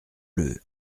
leu